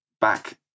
back